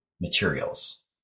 materials